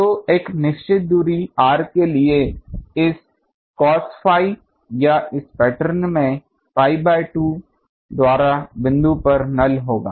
तो एक निश्चित दूरी r के लिए इस cos phi या इस पैटर्न में pi बाय 2 द्वारा बिंदु पर नल होगा